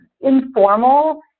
informal